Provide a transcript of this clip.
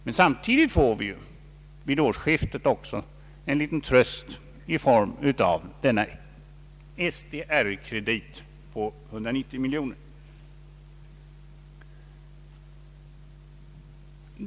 Men samtidigt får vi vid årsskiftet en liten tröst i form av SDR-krediten på 190 miljoner.